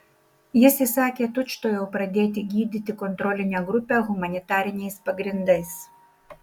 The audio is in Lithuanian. jis įsakė tučtuojau pradėti gydyti kontrolinę grupę humanitariniais pagrindais